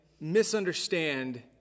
misunderstand